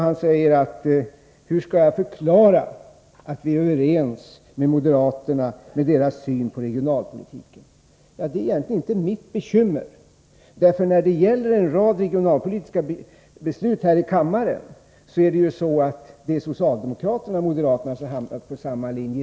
Han frågar hur jag skall förklara att vi är överens med moderaterna i deras syn på regionalpolitiken. Ja, det är egentligen inte mitt bekymmer. När det gäller en rad regionalpolitiska beslut här i kammaren är det socialdemokraterna och moderaterna som har hamnat på samma linje.